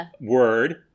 word